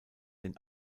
den